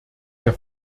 der